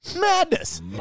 Madness